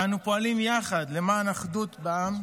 ואנו פועלים יחד למען אחדות בעם,